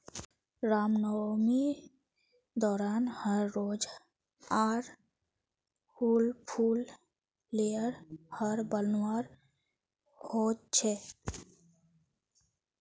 रामनवामी दौरान हर रोज़ आर हुल फूल लेयर हर बनवार होच छे